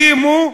הקימו.